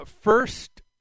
first